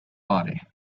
body